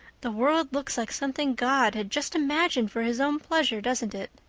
the world looks like something god had just imagined for his own pleasure, doesn't it?